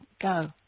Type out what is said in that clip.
go